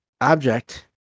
object